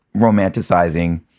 romanticizing